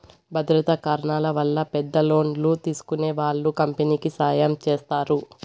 భద్రతా కారణాల వల్ల పెద్ద లోన్లు తీసుకునే వాళ్ళు కంపెనీకి సాయం చేస్తారు